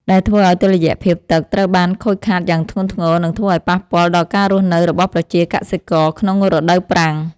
ដែលធ្វើឱ្យតុល្យភាពទឹកត្រូវបានខូចខាតយ៉ាងធ្ងន់ធ្ងរ និងធ្វើឱ្យប៉ះពាល់ដល់ការរស់នៅរបស់ប្រជាកសិករក្នុងរដូវប្រាំង។